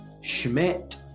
Schmidt